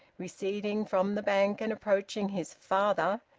receding from the bank and approaching his father,